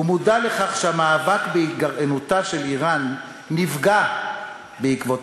הוא מודע לכך שהמאבק בהתגרענות של איראן נפגע מהמשבר,